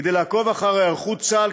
כדי לעקוב אחרי היערכות צה"ל,